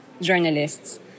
journalists